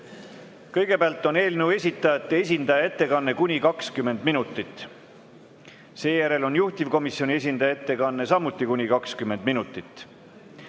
Kõigepealt on eelnõu esitajate esindaja ettekanne kuni 20 minutit. Seejärel on juhtivkomisjoni esindaja ettekanne samuti kuni 20 minutit.